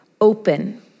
open